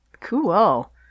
Cool